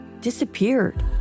disappeared